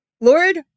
Lord